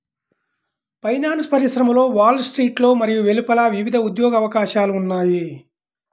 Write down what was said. finance పరిశ్రమలో wall స్ట్రీట్లో మరియు వెలుపల వివిధ ఉద్యోగ అవకాశాలు ఉన్నాయి